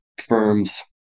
firms